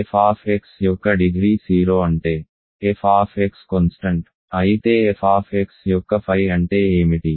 f యొక్క degree 0 అంటే f స్థిరాంకం అయితే f యొక్క pi అంటే ఏమిటి